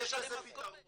יש לזה פתרון.